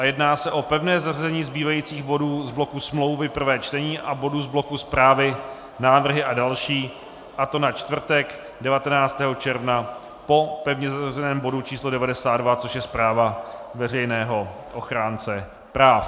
Jedná se o pevné zařazení zbývajících bodů z bloku smlouvy prvé čtení a z bloku zprávy, návrhy a další, a to na čtvrtek 19. června po pevně zařazeném bodu číslo 92, což je zpráva veřejného ochránce práv.